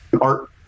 art